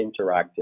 interactive